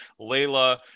Layla